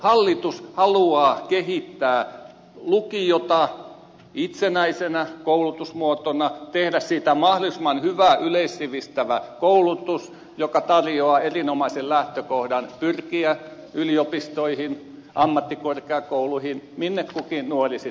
hallitus haluaa kehittää lukiota itsenäisenä koulutusmuotona tehdä siitä mahdollisimman hyvän yleissivistävän koulutuksen joka tarjoaa erinomaisen lähtökohdan pyrkiä yliopistoihin ammattikorkeakouluihin minne kukin nuori sitten haluaa